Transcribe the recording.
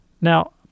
Now